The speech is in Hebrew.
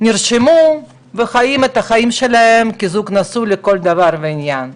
נרשמו והם חיים את החיים שלהם כזוג נשוי לכל דבר ועניין.